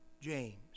James